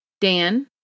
Dan